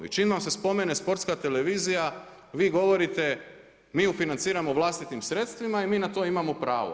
I čim vam se spomene Sportska televizija vi govorite mi ju financiramo vlastitim sredstvima i mi na to imamo pravo.